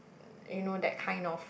you know that kind of